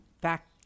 back